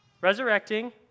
resurrecting